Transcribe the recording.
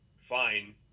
fine